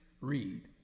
Read